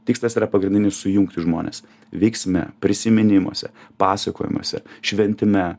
tikslas yra pagrindinis sujungti žmones veiksme prisiminimuose pasakojimuose šventime